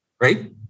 right